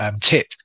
tip